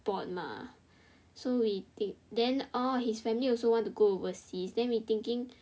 bored mah so we think then orh his family also want to go overseas then we thinking